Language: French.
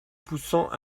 poussant